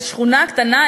שכונה קטנה,